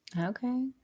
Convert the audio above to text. Okay